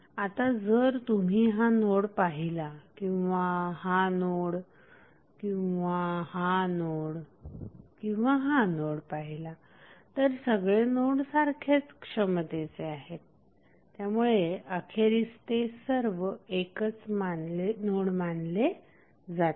आता जर तुम्ही हा नोड पाहिला किंवा हा नोड किंवा हा नोड किंवा हा नोड पाहिला तर सगळे नोड सारख्याच क्षमतेचे आहेत त्यामुळे अखेरीस ते सर्व एकच नोड मानले जातील